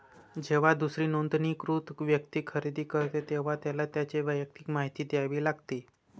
जेव्हा दुसरी नोंदणीकृत व्यक्ती खरेदी करते, तेव्हा त्याला त्याची वैयक्तिक माहिती द्यावी लागते